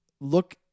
look